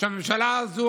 שהממשלה הזאת,